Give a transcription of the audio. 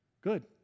Good